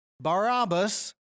Barabbas